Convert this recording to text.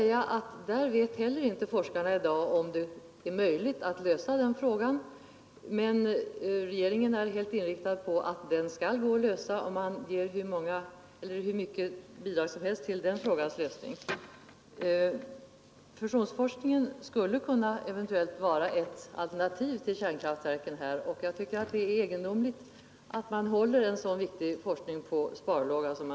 Inte heller här vet forskarna i dag, om det är möjligt att lösa detta problem, men regeringen är helt inriktad på att det skall kunna lösas och beviljar hur mycket bidrag som helst därtill. Fusionsforskningen skulle eventuellt kunna vara ett alternativ till kärnkraftverken, och det är egendomligt att man håller en så viktig forskning på sparlåga.